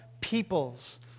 peoples